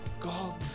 god